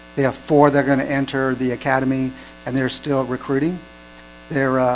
they have four they're gonna enter the academy and they're still recruiting they're ah,